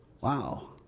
Wow